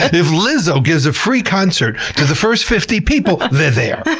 if lizzo gives a free concert to the first fifty people, they're there.